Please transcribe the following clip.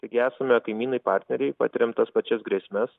taigi esame kaimynai partneriai patiriam tas pačias grėsmes